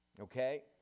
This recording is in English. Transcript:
Okay